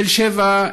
תל שבע,